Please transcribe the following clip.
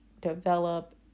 develop